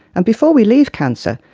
and before we leave cancer,